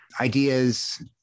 ideas